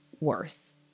worse